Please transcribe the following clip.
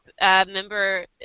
member